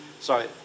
sorry